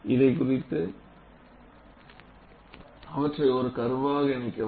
இதை குறித்து கொண்டுஅவற்றை ஒரு கர்வாக இணைக்கவும்